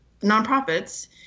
nonprofits